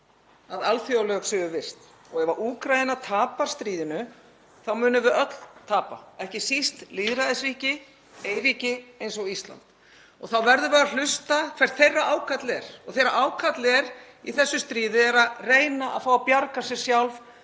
að alþjóðalög séu virt. Ef Úkraína tapar stríðinu þá munum við öll tapa, ekki síst lýðræðisríki, eyríki eins og Ísland. Þá verðum við að hlusta hvert þeirra ákall er og þeirra ákall í þessu stríði er að reyna að fá að bjarga sér sjálf